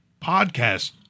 podcast